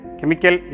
Chemical